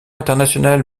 international